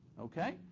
okay?